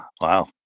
wow